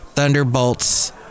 Thunderbolts